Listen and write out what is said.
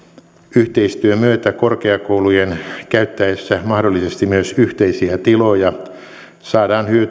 yhteistyön myötä korkeakoulujen käyttäessä mahdollisesti myös yhteisiä tiloja saadaan